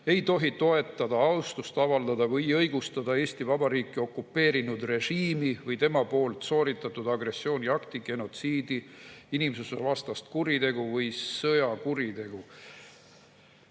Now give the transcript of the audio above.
ei tohi toetada, austust avaldada või õigustada Eesti Vabariiki okupeerinud režiimi või tema poolt sooritatud agressiooniakti, genotsiidi, inimsusevastast kuritegu või sõjakuritegu."